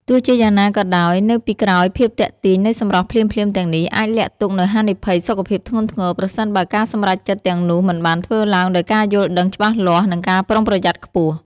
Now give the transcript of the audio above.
ទោះជាយ៉ាងណាក៏ដោយ នៅពីក្រោយភាពទាក់ទាញនៃសម្រស់ភ្លាមៗទាំងនេះ អាចលាក់ទុកនូវហានិភ័យសុខភាពធ្ងន់ធ្ងរ ប្រសិនបើការសម្រេចចិត្តទាំងនោះមិនបានធ្វើឡើងដោយការយល់ដឹងច្បាស់លាស់ និងការប្រុងប្រយ័ត្នខ្ពស់។